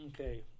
Okay